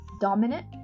dominant